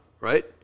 Right